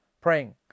praying